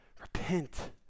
Repent